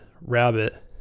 rabbit